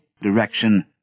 direction